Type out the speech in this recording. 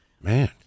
Man